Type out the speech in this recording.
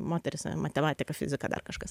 moteris a matematika fizika dar kažkas